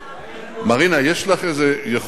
מרינה, יש לך איזה יכולת